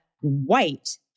white